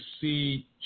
see